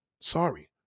Sorry